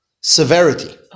Severity